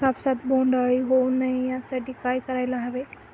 कापसात बोंडअळी होऊ नये यासाठी काय करायला हवे?